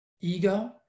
ego